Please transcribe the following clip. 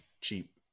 cheap